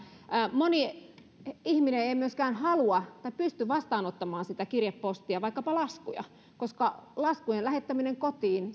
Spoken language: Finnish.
moni ihminen ei myöskään halua tai pysty vastaanottamaan sitä kirjepostia vaikkapa laskuja koska laskujen lähettämisestä kotiin